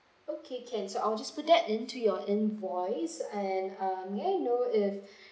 okay can so will just put that into your invoice and uh may I know if